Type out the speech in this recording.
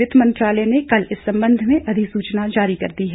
वित्त मंत्रालय ने कल इस संबंध में अधिसूचना जारी कर दी है